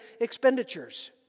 expenditures